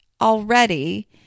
already